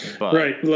Right